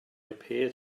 appeared